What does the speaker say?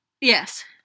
Yes